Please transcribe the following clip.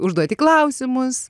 užduoti klausimus